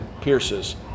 pierces